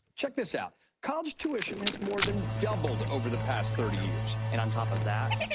check this out college tuition has more than doubled over the past thirty years. and on top of that,